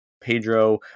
Pedro